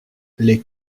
les